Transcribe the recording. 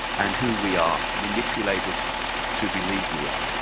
and who we are manipulated to believe we are.